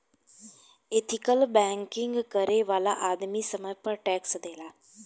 ethical banking करे वाला आदमी समय पर टैक्स देला